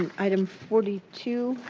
um item forty two,